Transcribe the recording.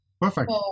Perfect